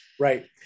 Right